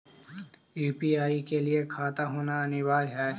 UPI के लिए खाता होना अनिवार्य है?